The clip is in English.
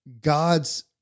God's